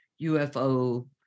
ufo